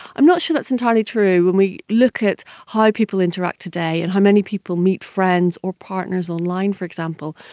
i'm not sure that's entirely true. when we look at how people interact today and how many people meet friends or partners online for example,